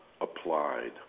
applied